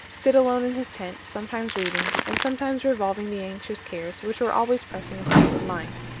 sit alone in his tent, sometimes reading, and sometimes revolving the anxious cares which were always pressing upon his mind.